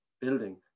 building